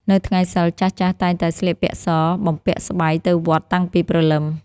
នៅថ្ងៃសីល ចាស់ៗតែងតែស្លៀកពាក់ស បំពាក់ស្បៃទៅវត្តតាំងពីព្រលឹម។